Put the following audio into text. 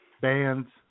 bands